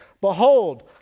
behold